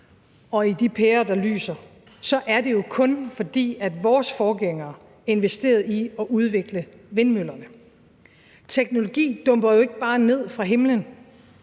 og i de pærer, der lyser, så er det jo kun, fordi vores forgængere investerede i at udvikle vindmøllerne. Teknologi dumper jo ikke bare ned fra himlen.